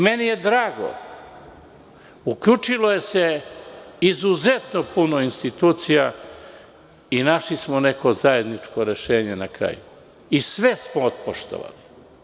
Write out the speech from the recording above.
Meni je drago da su se uključile izuzetno mnogo institucija i našli smo neko zajedničko rešenje na kraju i sve smo ispoštovali.